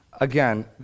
again